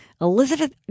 Elizabeth